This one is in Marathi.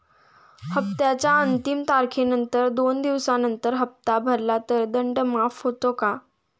हप्त्याच्या अंतिम तारखेनंतर दोन दिवसानंतर हप्ता भरला तर दंड माफ होतो का?